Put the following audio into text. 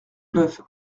neuf